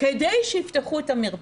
כדי שיפתחו את המרפאה.